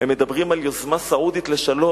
הם מדברים על יוזמה סעודית לשלום,